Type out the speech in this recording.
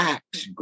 Acts